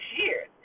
years